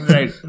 Right